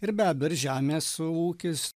ir be abejo ir žemės ūkis